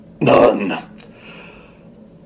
none